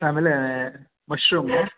ಆಮೇಲೇ ಮಶ್ರೂಮು